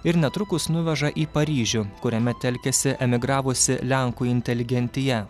ir netrukus nuveža į paryžių kuriame telkiasi emigravusi lenkų inteligentija